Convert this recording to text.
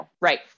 Right